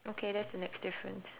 okay that's the next difference